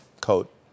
Coat